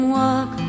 walk